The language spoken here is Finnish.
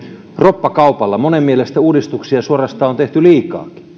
roppakaupalla monen mielestä uudistuksia suorastaan on tehty liikaakin